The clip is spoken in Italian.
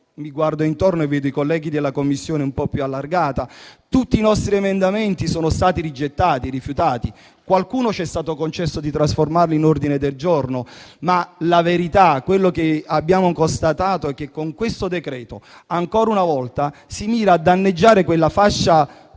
mi guardo intorno e vedo i colleghi della Commissione, un po' più allargata: tutti i nostri emendamenti sono stati rigettati, rifiutati; qualcuno ci è stato concesso di trasformarlo in ordine del giorno. La verità, però, è che abbiamo constatato che, con questo decreto, ancora una volta si mira a danneggiare la fascia